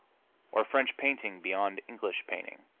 or french painting beyond english painting,